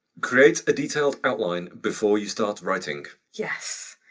create a detailed outline before you start writing. yes,